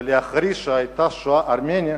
להכריז שהיתה שואה ארמנית,